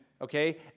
okay